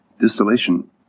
distillation